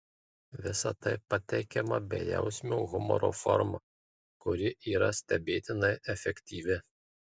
visa tai pateikiama bejausmio humoro forma kuri yra stebėtinai efektyvi